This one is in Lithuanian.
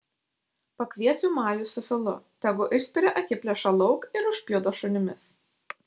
pakviesiu majų su filu tegu išspiria akiplėšą lauk ir užpjudo šunimis